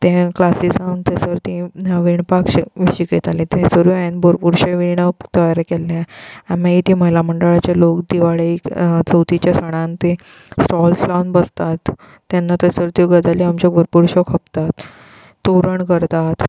तें क्लासिसांक थंयसर ती विणपाक शिक शिकयतालीं थंयसरूय हांयेंन भरपूरशें विणप केल्लें मागी त्यो महिला मंडळाचे लोक दिवाळेक चवतीच्या सणाक तीं स्टॉल्स लावन बसतात तेन्ना थंयसर त्यो गजाली आमच्यो भरपूरश्यो खपतात तोरण करतात